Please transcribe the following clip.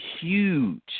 huge